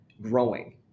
growing